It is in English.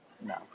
No